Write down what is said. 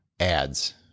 ads